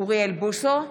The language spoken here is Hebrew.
אוריאל בוסו,